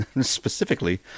Specifically